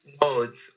modes